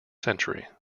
century